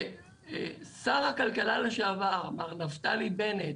ששר הכלכלה לשעבר, מר נפתלי בנט,